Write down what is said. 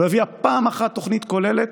לא הביאה פעם אחת תוכנית כוללת,